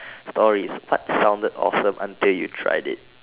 stories what sounded awesome until you tried it